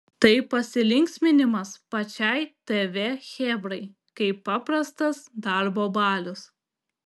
tai pasilinksminimas pačiai tv chebrai kaip paprastas darbo balius